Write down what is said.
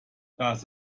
das